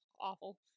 awful